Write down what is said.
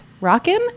rockin